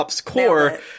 Core